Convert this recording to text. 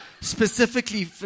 specifically